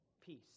peace